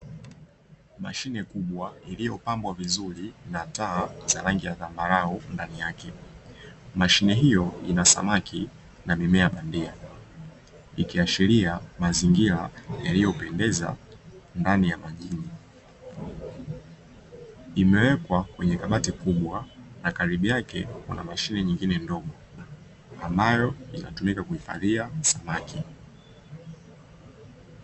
Mashine kubwa iliyopambwa vizuri na taa za rangi ya zambarau ndani yake. Mashine hiyo ina samaki na mimea bandia ikiaashiria mazingira yaliyopendeza ndani ya maji. Imewekwa kwenye kabati kubwa, na karibu yake kuna mashine nyingine ndogo ambayo inatumika kuhifadhia samaki.